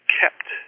kept